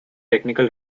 technical